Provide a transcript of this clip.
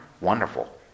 wonderful